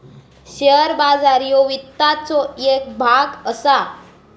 share बाजार ह्यो वित्ताचो येक भाग असा